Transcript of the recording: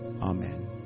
Amen